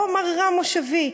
הו, מה רם מושבי.